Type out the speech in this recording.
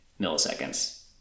milliseconds